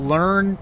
Learn